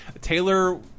Taylor